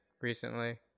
recently